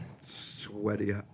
sweaty